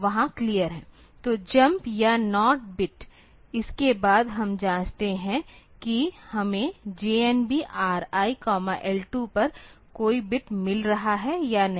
तो जंप या not bit इसके बाद हम जांचते हैं कि हमें JNB RIL 2 पर कोई बिट मिल रहा है या नहीं